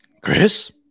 Chris